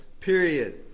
period